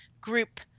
group